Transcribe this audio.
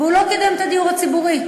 והוא לא קידם את הדיור הציבורי.